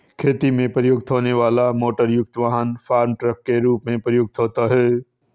खेती में प्रयुक्त होने वाला मोटरयुक्त वाहन फार्म ट्रक के रूप में प्रयुक्त होता है